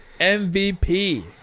MVP